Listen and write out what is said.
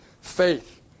Faith